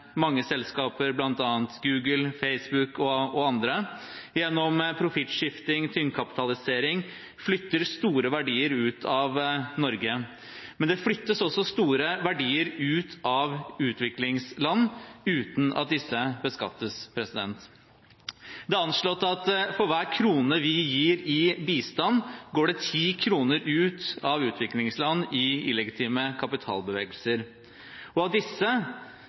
mange selskaper, bl.a. Google, Facebook og andre, gjennom profittskifting og tynn kapitalisering flytter store verdier ut av Norge. Men det flyttes også store verdier ut av utviklingsland uten at disse beskattes. Det er anslått at det for hver krone vi gir i bistand, går ti kroner ut av utviklingsland i illegitime kapitalbevegelser. Av disse